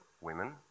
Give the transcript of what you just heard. women